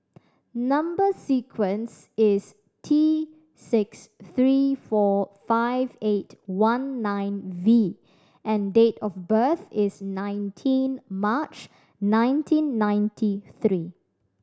number sequence is T six three four five eight one nine V and date of birth is nineteen March nineteen ninety three